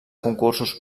concursos